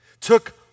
took